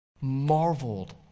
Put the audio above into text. marveled